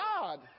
God